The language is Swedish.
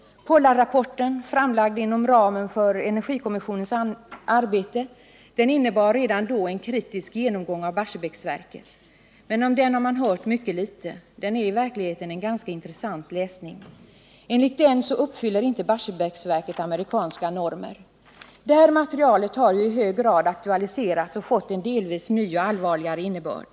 Pollard-rapporten, framlagd inom ramen för energikommissionens arbete, innebar redan då en kritisk genomgång av Barsebäcksverket. Men om den har man hört mycket litet. Den är i själva verket en ganska intressant läsning. Enligt den uppfyller inte Barsebäcksverket amerikanska normer. Det här materialet har ju i hög grad aktualiserats och fått en delvis ny och allvarligare innebörd.